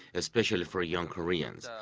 especially for young koreans.